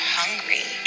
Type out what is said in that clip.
hungry